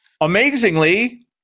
amazingly